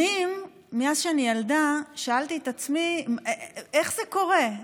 שנים, מאז שאני ילדה, שאלתי את עצמי איך זה קורה.